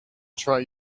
try